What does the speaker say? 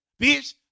Bitch